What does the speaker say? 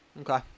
Okay